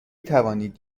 توانید